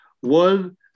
One